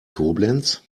koblenz